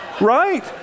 right